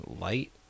light